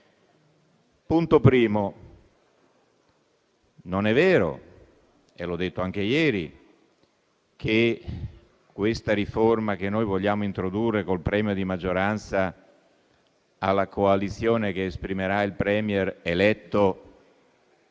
punto primo. Non è vero - e l'ho detto anche ieri - che la riforma che vogliamo introdurre col premio di maggioranza alla coalizione che esprimerà il *Premier* eletto